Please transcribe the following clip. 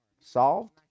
solved